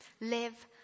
Live